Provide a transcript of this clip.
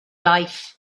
life